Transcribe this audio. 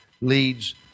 leads